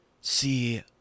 See